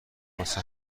واسه